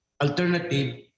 alternative